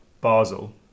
Basel